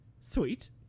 sweet